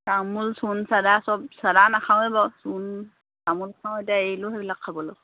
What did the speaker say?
তামোল চূণ চাধা চব চাধা নাখাওঁৱে বাৰু চূণ তামোল খাওঁ এতিয়া এৰিলোঁ হেৰিবিলাক খাবলৈও